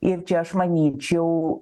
ir čia aš manyčiau